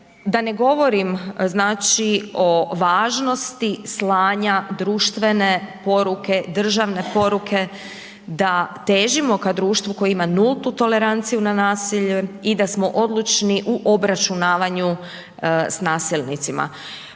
da ne govorim, znači o važnosti slanja društvene poruke, državne poruke da težimo ka društvu koje ima nultu toleranciju na nasilje i da smo odlučni u obračunavanju s nasilnicima.